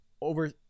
over